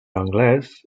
anglès